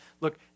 look